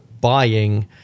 buying